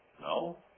No